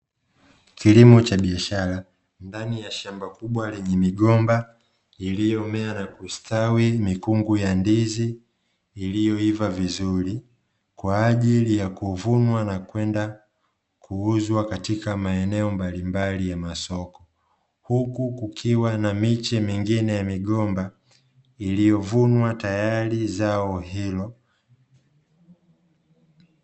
Kilimo cha biashara ndani ya shamba kubwa lenye migomba iliyomea na kustawi, mikungu ya ndizi iliyoiva vizuri kwa ajili ya kuvunwa na kwenda kuuzwa katika maeneo mbalimbali ya masoko, huku kukiwa na miche mingine ya migomba iliyovunwa tayari zao hilo.